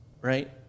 Right